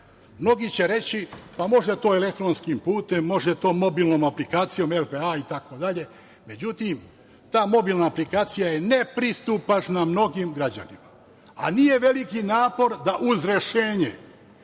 Mnogi će reći, pa može to elektronskim putem, može to mobilnom aplikacijom i tako dalje. Međutim, ta mobilna aplikacija je nepristupačna mnogim građanima, a nije veliki napor da uz rešenje